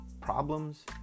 problems